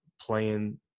playing